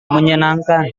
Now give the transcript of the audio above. menyenangkan